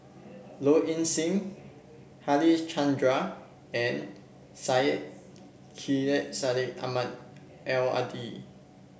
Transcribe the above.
Low Ing Sing Harichandra and Syed Sheikh Syed Ahmad Al Hadi